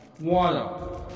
water